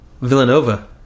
Villanova